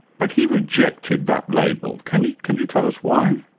but he rejected that label. can you can you tell us why?